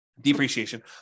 depreciation